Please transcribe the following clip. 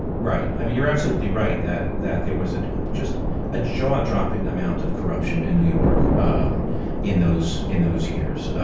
right. i mean, you're absolutely right that that there was just a jaw dropping amount of corruption in new york um in those in those years.